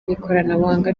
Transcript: ikoranabuhanga